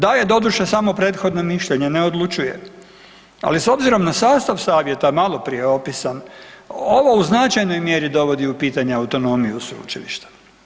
Daje doduše samo prethodno mišljenje, ne odlučuje, ali s obzirom na sastav savjeta maloprije je opisan ovo u značajnoj mjeri dovodi u pitanje autonomiju sveučilišta.